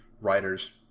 writers